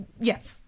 yes